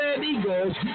Eagles